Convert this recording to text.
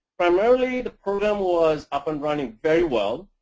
primarily, the program was up and running very well.